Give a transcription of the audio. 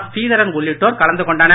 ஸ்ரீதரன் உள்ளிட்டோர் கலந்து கொண்டனர்